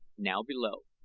now below,